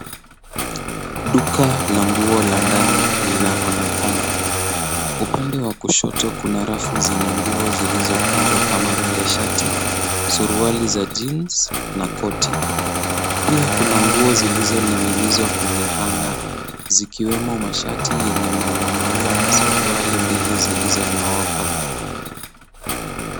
Duka la nguo la ndani linaonekana. Upande wa kushoto kuna rafu zenye nguo zilizokunjwa kama vile shati, suruali za jeans na koti Pia Kuna nguo zilizoning'inizwa kwenye hanger zikiwemo mashati yenye maua maua na suruali mbili zilizonyooka.